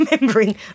Remembering